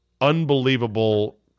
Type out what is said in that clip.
unbelievable